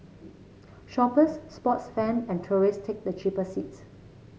shoppers sports fan and tourists take the cheaper seats